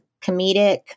comedic